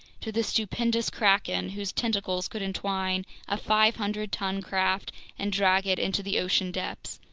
to the stupendous kraken whose tentacles could entwine a five hundred ton craft and drag it into the ocean depths.